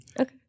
Okay